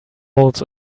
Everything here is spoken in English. holes